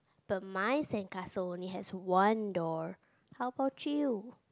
but mine sandcastle only has one door how about you